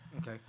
Okay